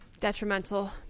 detrimental